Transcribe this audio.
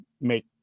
make